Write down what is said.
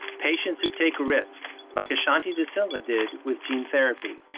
patients who take risks like ashanthi de silva did with gene therapy.